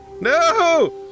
No